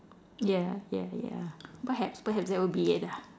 ya ya ya perhaps perhaps that would be it ah